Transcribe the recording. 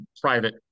private